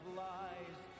lies